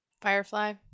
Firefly